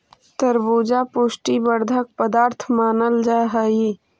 तरबूजा पुष्टि वर्धक पदार्थ मानल जा हई